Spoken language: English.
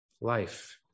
life